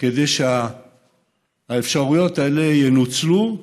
כדי שהאפשרויות האלה ינוצלו,